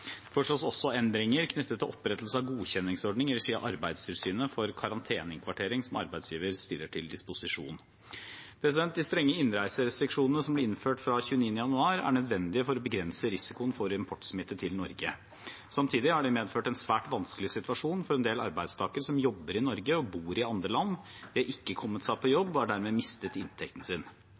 foreslås også endringer knyttet til opprettelse av godkjenningsordning i regi av Arbeidstilsynet for karanteneinnkvartering som arbeidsgiver stiller til disposisjon. De strenge innreiserestriksjonene som ble innført fra 29. januar, er nødvendige for å begrense risikoen for importsmitte til Norge. Samtidig har de medført en svært vanskelig situasjon for en del arbeidstakere som jobber i Norge og bor i andre land. De har ikke kommet seg på jobb og har dermed mistet